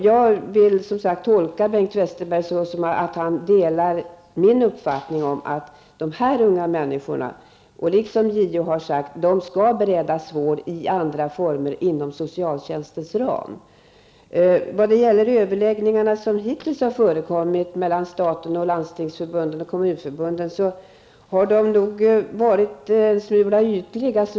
Jag vill tolka Bengt Westerberg så att han delar min uppfattning om att dessa unga människor -- precis som också JO har sagt -- skall beredas vård i andra former inom socialtjänstens ram. Landstingsförbundet och Kommunförbundet har såvitt jag vet varit en smula ytliga.